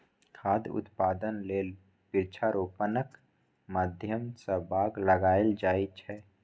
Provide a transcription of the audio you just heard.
खाद्य उत्पादन लेल वृक्षारोपणक माध्यम सं बाग लगाएल जाए छै